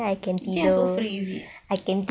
you think I so free is it